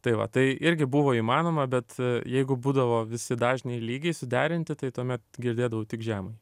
tai va tai irgi buvo įmanoma bet jeigu būdavo visi dažniai lygiai suderinti tai tuomet girdėdavau tik žemąjį